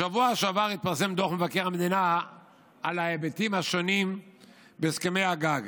בשבוע שעבר התפרסם דוח מבקר המדינה על ההיבטים השונים בהסכמי הגג.